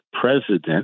president